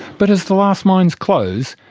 but as the last mines close,